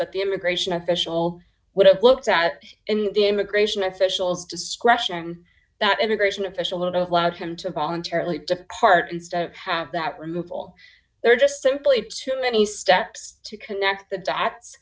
that the immigration official would have looked at in the immigration officials discretion that immigration official had a lot of him to voluntarily depart instead of have that removal there just simply too many steps to connect the dots